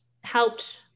helped